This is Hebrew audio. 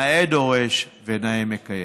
נאה דורש ונאה מקיים.